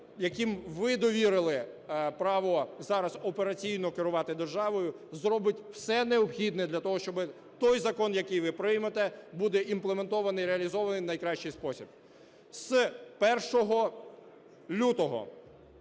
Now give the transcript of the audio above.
якому ви довірили право зараз операційно керувати державою, зробить все необхідне для того, щоб той закон, який ви приймете буде імплементований і реалізований в найкращий спосіб. З 1 лютого